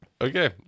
Okay